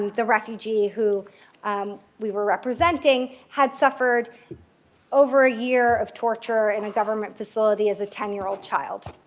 the refugee who we were representing had suffered over a year of torture in a government facility as a ten year old child.